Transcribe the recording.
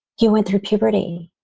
you went through puberty.